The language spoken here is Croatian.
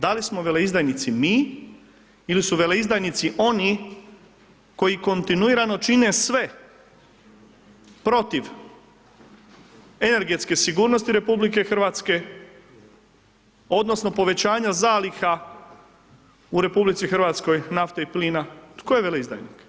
Da li su veleizdajnici mi ili su veleizdajnici oni koji kontinuirano čine sve protiv energetske sigurnosti RH odnosno, povećanje zaliha u RH nafte i plina, tko je veleizdajnik.